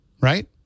right